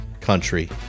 country